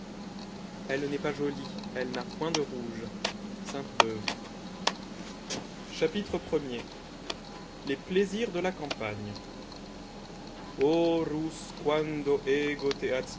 elle n'est pas jolie elle n'a point de rouge sainte-beuve chapitre premier les plaisirs de la campagne o